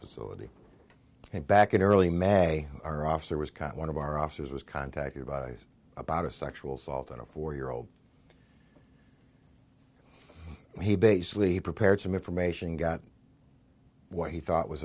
facility back in early may our officer was caught one of our officers was contacted by about a sexual assault on a four year old he basically prepared some information got what he thought was